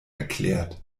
erklärt